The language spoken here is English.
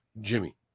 Jimmy